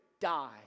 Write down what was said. die